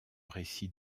récit